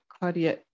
Claudia